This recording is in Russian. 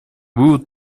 вывод